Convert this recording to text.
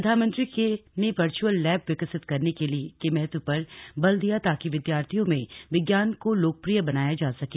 प्रधानमंत्री ने virtual lab विकसित करने के महत्व पर बल दिया ताकि विद्यार्थियों में विज्ञान को लोकप्रिय बनाया जा सके